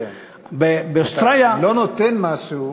כשאתה לא נותן משהו,